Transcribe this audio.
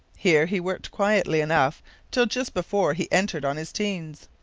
here he worked quietly enough till just before he entered on his teens.